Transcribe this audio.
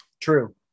True